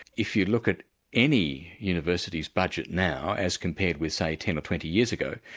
if you look at any university's budget now, as compared with say ten or twenty years ago,